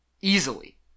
easily